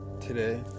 today